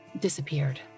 disappeared